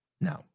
No